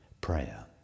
prayer